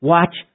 Watch